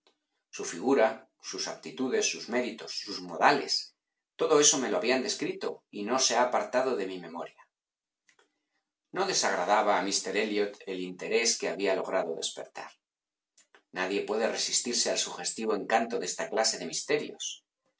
su figura sus aptitudes sus méritos sus modales todo eso me lo habían descrito y no se ha apartado de mi memoria no desagradaba a míster elliot el interés que había logrado despertar nadie puede resistirse al sugestivo encanto de esta clase de misterios